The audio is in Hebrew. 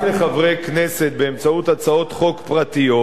רק לחברי כנסת באמצעות הצעות חוק פרטיות.